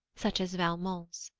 such as valmont's.